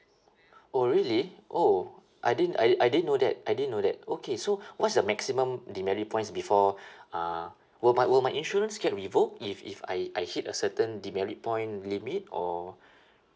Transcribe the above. oh really oh I didn't I I didn't know that I didn't know that okay so what's the maximum demerit points before uh will my will my insurance get revoked if if I I hit a certain demerit point limit or